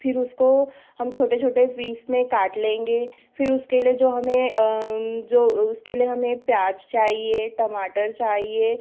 फिर उसको हम छोटे छोटे फ़ीस में काट लेंगे फिर उसके लिए जो हमें जो उसके लिए हमें प्याज चाहिए टमाटर चाहिए